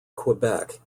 quebec